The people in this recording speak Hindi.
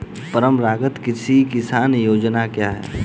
परंपरागत कृषि विकास योजना क्या है?